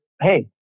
hey